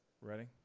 Ready